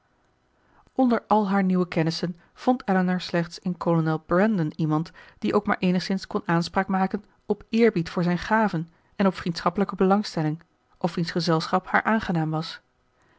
onder al haar nieuwe kennissen vond elinor slechts in kolonel brandon iemand die ook maar eenigszins kon aanspraak maken op eerbied voor zijn gaven en op vriendschappelijke belangstelling of wiens gezelschap haar aangenaam was